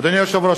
אדוני היושב-ראש,